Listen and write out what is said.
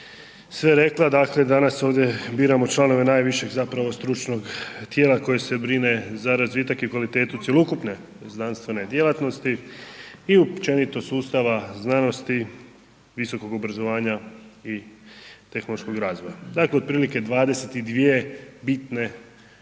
sve rekla, dakle danas ovdje biramo članove najviše zapravo stručnog tijela koje se brine za razvitak i kvalitetu cjelokupne znanstvene djelatnosti i općenito sustava znanosti, visokog obrazovanja i tehnološkog razvoja. Dakle, otprilike 22 bitne stavke